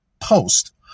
post